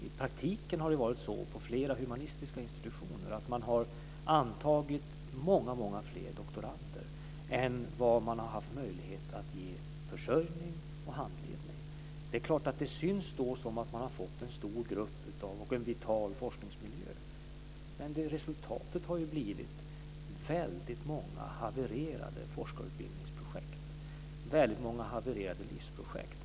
I praktiken har det på flera humanistiska institutioner varit så att man har antagit många fler doktorander än vad man har haft möjlighet att ge försörjning och handledning. Det är klart att det då ser ut som om man har fått en stor grupp och en vital forskningsmiljö. Men resultatet har ju blivit väldigt många havererade forskarutbildningsprojekt, väldigt många havererade livsprojekt.